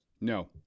No